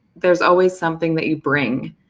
there is always something that you bring,